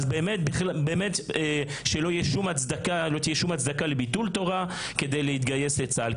אז באמת לא תהיה שום הצדקה לביטול תורה כדי להתגייס לצה"ל.